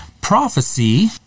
prophecy